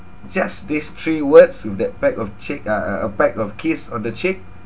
just these three words with that peck of cheek ah a a peck of kiss on the cheek